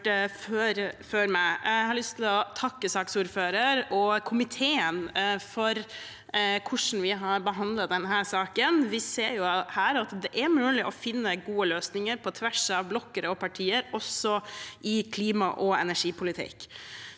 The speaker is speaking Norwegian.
Jeg har lyst til å takke saksordføreren og komiteen for hvordan vi har behandlet denne saken. Vi ser her at det er mulig å finne gode løsninger på tvers av blokker og partier også i klima- og energipolitikken.